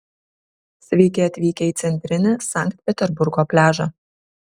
sveiki atvykę į centrinį sankt peterburgo pliažą